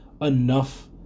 enough